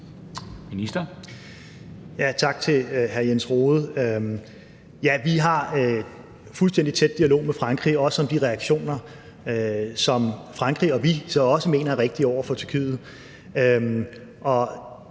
Tak til hr. Jens Rohde. Vi har en fuldstændig tæt dialog med Frankrig, også om de reaktioner, som Frankrig og vi så også mener er rigtige, over for Tyrkiet.